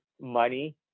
money